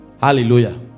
Hallelujah